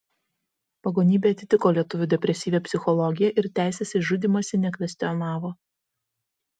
pagonybė atitiko lietuvių depresyvią psichologiją ir teisės į žudymąsi nekvestionavo